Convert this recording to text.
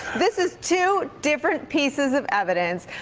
this is two different pieces of evidence.